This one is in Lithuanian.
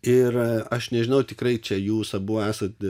ir aš nežinau tikrai čia jūs abu esat